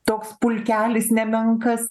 toks pulkelis nemenkas